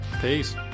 peace